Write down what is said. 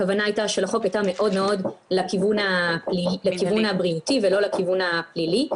הכוונה של החוק הייתה מאוד לכיוון הבריאותי ולא לכיוון הפלילי.